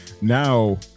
now